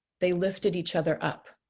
they lifted each other up.